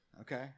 Okay